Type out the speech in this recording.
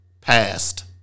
past